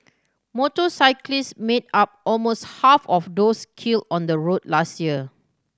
motorcyclists made up almost half of those kill on the road last year